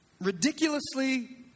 ridiculously